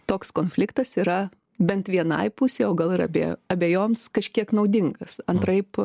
toks konfliktas yra bent vienai pusei o gal ir abie abejoms kažkiek naudingas antraip